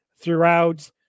throughout